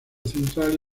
central